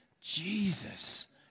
Jesus